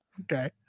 okay